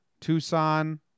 Tucson